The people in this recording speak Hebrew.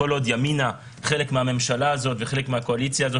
כל עוד ימינה חלק מהקואליציה הזו